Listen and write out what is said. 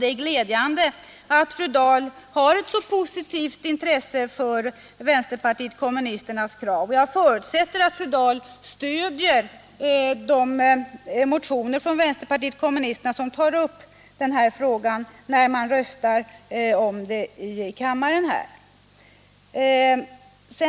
Det är glädjande att fru Dahl har ett så positivt intresse för vänsterpartiet kommunisternas krav. Jag förutsätter att fru Dahl kommer att stödja de motioner från vänsterpartiet kommunisterna som tar upp dessa frågor, när vi röstar om dem här i kammaren.